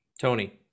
Tony